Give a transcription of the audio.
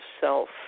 self